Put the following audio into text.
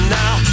now